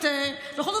בבקשה.